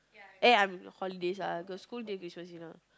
eh I'm holidays lah got school